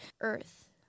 earth